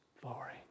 glory